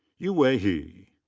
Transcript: yuwei he.